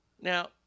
Now